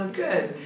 good